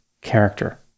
character